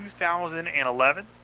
2011